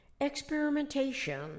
experimentation